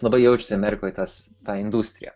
labai jaučiasi amerikoj tas ta industrija